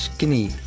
Skinny